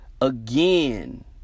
again